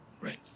Right